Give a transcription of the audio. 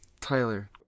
Tyler